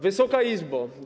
Wysoka Izbo!